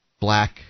black